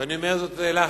ואני אומר זאת לך,